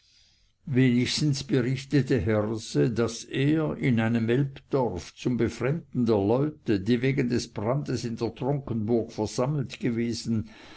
wenigstens berichtete herse daß er in einem elbdorf zum befremden der leute die wegen des brandes in der tronkenburg versammelt gewesen